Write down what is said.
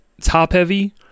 top-heavy